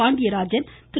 Pandiarajan Thiru